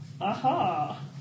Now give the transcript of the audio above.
Aha